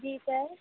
जी sir